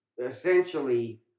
Essentially